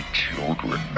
children